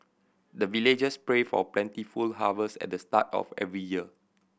the villagers pray for plentiful harvest at the start of every year